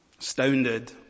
astounded